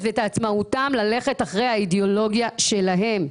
ואת עצמאותם ללכת אחרי האידיאולוגיה שלהם.